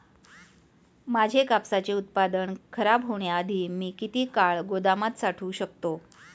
माझे कापसाचे उत्पादन खराब होण्याआधी मी किती काळ गोदामात साठवू शकतो?